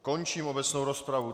Končím obecnou rozpravu.